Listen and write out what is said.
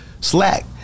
Slack